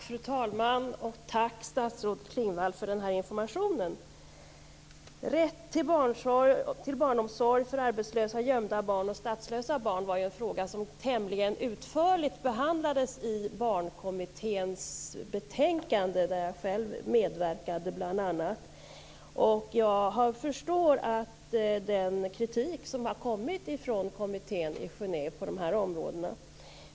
Fru talman! Tack för den här informationen, statsrådet Klingvall! Rätt till barnomsorg för arbetslösa, gömda barn och statslösa barn var en fråga som tämligen utförligt behandlades i betänkandet från Barnkommittén, där jag själv medverkade. Jag förstår den kritik som har kommit från kommittén i Genève på de här områdena.